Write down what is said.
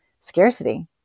scarcity